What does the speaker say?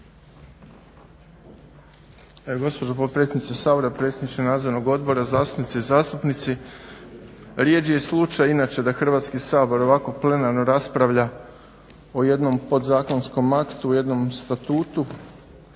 Gospođo potpredsjednice Sabora, predsjedniče nadzornog odbora, zastupnice i zastupnici. Rjeđi je slučaj inače da Hrvatski sabor ovako plenarno raspravlja o jednom podzakonskom aktu, o jednom statutu